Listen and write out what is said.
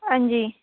हां जी